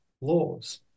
laws